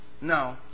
no